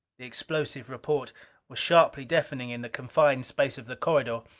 the explosive report was sharply deafening in the confined space of the corridor.